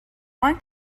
one